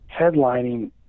headlining